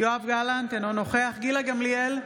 יואב גלנט, אינו נוכח גילה גמליאל,